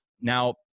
Now